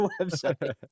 website